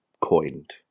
coined